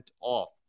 off